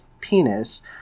penis